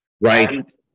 Right